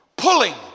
pulling